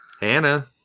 Hannah